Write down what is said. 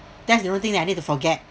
that's the only thing that I need to forget